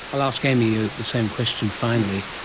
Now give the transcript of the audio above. i'll ask amy ah the same question. finally,